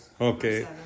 okay